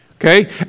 Okay